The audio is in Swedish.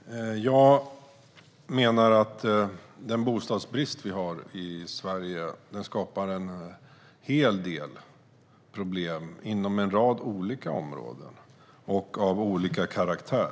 Herr talman! Jag menar att den bostadsbrist vi har i Sverige skapar en hel del problem av olika karaktär inom en rad olika områden.